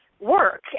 Work